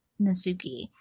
Nasuki